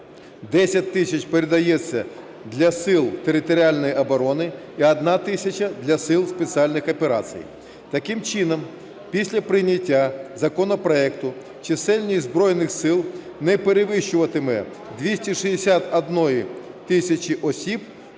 10 тисяч передається для Сил територіальної оброни і 1 тисяча – для Сил спеціальних операцій. Таким чином після прийняття законопроекту чисельність Збройних Сил не перевищуватиме 261 тисячі осіб,